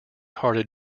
hearted